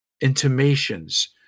intimations